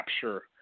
capture